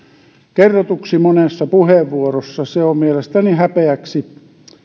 kerrotuksi monessa puheenvuorossa se on mielestäni häpeäksi